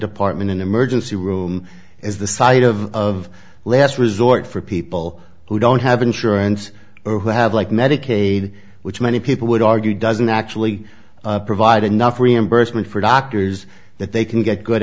department an emergency room is the site of of last resort for people who don't have insurance or who have like medicaid which many people would argue doesn't actually provide enough reimbursement for doctors that they can get good